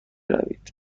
روید